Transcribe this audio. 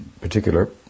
particular